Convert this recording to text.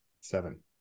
seven